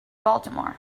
baltimore